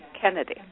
Kennedy